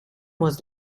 was